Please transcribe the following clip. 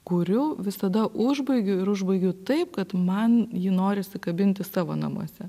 kuriu visada užbaigiu ir užbaigiu taip kad man jį norisi kabinti savo namuose